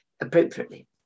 appropriately